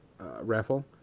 raffle